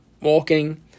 walking